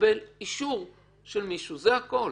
לקבל אישור של מישהו, זה הכול.